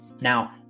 Now